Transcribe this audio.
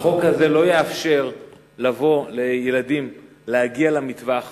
החוק הזה לא יאפשר לילדים להגיע למטווח